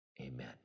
amen